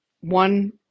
One